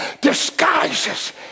disguises